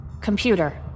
Computer